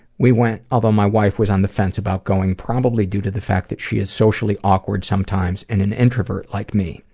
we went, although my wife was on the fence about going, probably due to the fact that she is socially awkward sometimes and an introvert like me.